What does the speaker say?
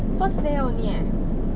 first day only eh